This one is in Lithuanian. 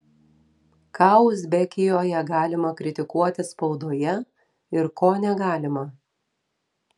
ką uzbekijoje galima kritikuoti spaudoje ir ko negalima